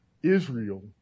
Israel